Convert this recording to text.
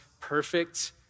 perfect